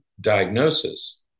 diagnosis